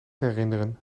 herinneren